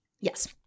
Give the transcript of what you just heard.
Yes